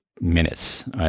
minutes